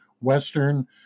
western